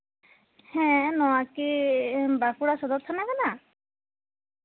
ᱦᱮᱸ ᱱᱚᱣᱟ ᱠᱤ ᱵᱟᱸᱠᱩᱲᱟ ᱥᱚᱫᱚᱨ ᱛᱷᱟᱱᱟ ᱠᱟᱱᱟ